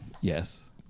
Yes